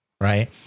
Right